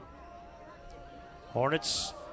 Hornets